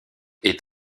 est